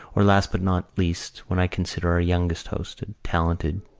or, last but not least, when i consider our youngest hostess, talented,